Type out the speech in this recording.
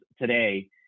today